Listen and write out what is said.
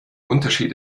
unterschied